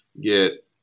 get